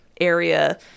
area